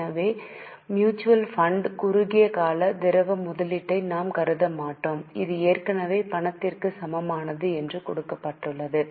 எனவே மியூச்சுவல் ஃபண்டில் குறுகிய கால திரவ முதலீட்டை நாம் கருத மாட்டோம் அது ஏற்கனவே பணத்திற்கு சமமானது என்று கொடுக்கப்பட்டுள்ளது